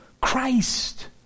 Christ